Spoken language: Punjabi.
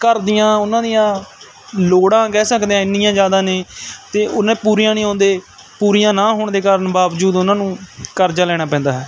ਘਰ ਦੀਆਂ ਉਹਨਾਂ ਦੀਆਂ ਲੋੜਾਂ ਕਹਿ ਸਕਦੇ ਹਾਂ ਇੰਨੀਆਂ ਜ਼ਿਆਦਾ ਨੇ ਅਤੇ ਉਹਨੇ ਪੂਰੀਆਂ ਨਹੀਂ ਆਉਂਦੇ ਪੂਰੀਆਂ ਨਾ ਹੋਣ ਦੇ ਕਾਰਨ ਬਾਵਜੂਦ ਉਹਨਾਂ ਨੂੰ ਕਰਜ਼ਾ ਲੈਣਾ ਪੈਂਦਾ ਹੈ